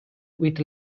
with